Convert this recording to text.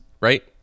right